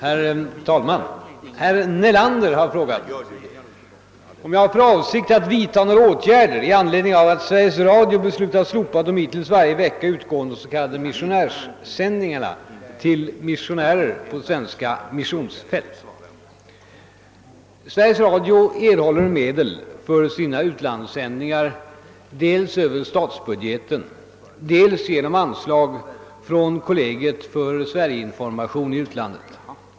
Herr talman! Herr Nelander har frågat om jag har för avsikt att vidtaga några åtgärder i anledning av att Sveriges Radio beslutat slopa de hittills varje vecka utgående s.k. missionärssändningarna till missionärer på svenska missionsfält. Sveriges Radio erhåller medel för sina utlandssändningar dels över statsbudgeten, dels genom anslag från Kollegiet för Sverige-information i utlandet.